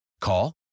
Call